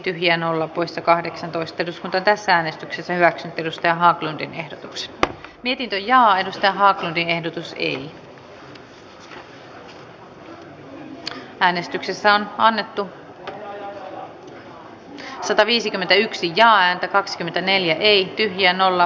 eduskunta edellyttää että hallitus kännistää asuntopolitiikan toimenpideohjelman kohtuuhintaisten asuntotuotannon lisäämiseksi täydennysrakentamisen ja korjausrakentamisen kiihdyttämiseksi sekä asuinmukavuuden ja viihtyvyyden parantamiseksi käyttäen valtion asuntorahaston varallisuutta